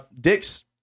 Dick's